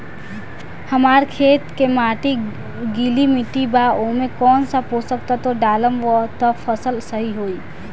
हमार खेत के माटी गीली मिट्टी बा ओमे कौन सा पोशक तत्व डालम त फसल सही होई?